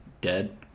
dead